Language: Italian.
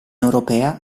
europea